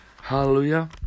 Hallelujah